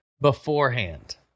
beforehand